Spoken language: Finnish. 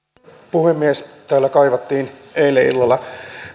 puhemies täällä kaivattiin eilen illalla